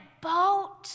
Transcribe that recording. boat